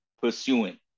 pursuing